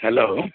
hello